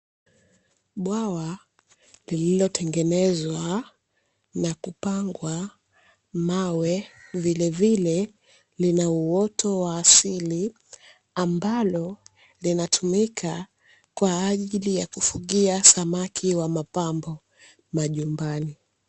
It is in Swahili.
Duka lilotengenezwa na kupangwa mawe